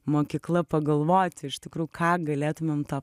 mokykla pagalvoti iš tikrų ką galėtumėm tą